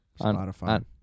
Spotify